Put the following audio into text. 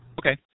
Okay